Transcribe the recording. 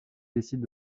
décide